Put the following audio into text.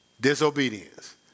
disobedience